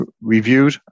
reviewed